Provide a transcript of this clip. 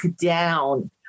down